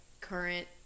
current